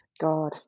God